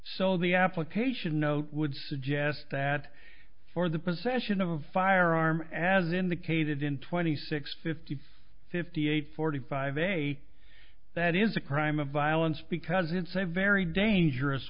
so the application note would suggest that for the possession of a firearm as indicated in twenty six fifty fifty eight forty five a that is a crime of violence because it's a very dangerous